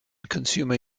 consumer